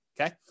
okay